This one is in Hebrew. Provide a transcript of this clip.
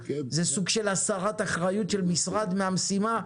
זה סוג של הסרת אחריות של משרד מהמשימה.